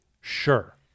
Sure